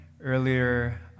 earlier